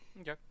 Okay